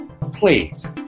Please